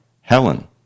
Helen